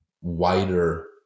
wider